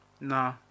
nah